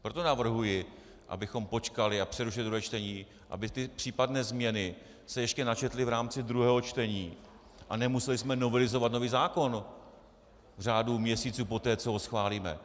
Proto navrhuji, abychom počkali a přerušili druhé čtení, aby ty případné změny se ještě načetly v rámci druhého čtení a nemuseli jsme novelizovat nový zákon v řádu měsíců poté, co ho schválíme.